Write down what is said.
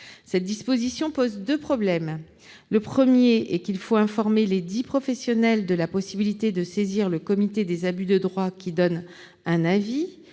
telle disposition pose deux problèmes. Premièrement, il faut informer lesdits professionnels de la possibilité de saisir le comité des abus de droit, qui donne un avis.